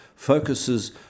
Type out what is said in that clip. focuses